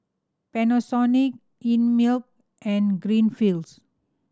Panasonic Einmilk and Greenfields